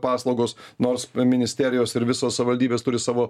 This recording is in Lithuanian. paslaugos nors ministerijos ir visos savivaldybės turi savo